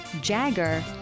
jagger